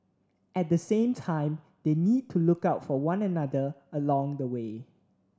at the same time they need to look out for one another along the way